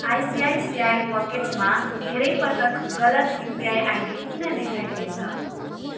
ICICI पकेटमा धेरै पटक गलत युपिआई आइडी किन देखाइरहेछ